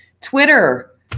Twitter